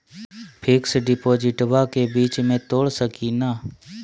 Fix डिपोजिटबा के बीच में तोड़ सकी ना?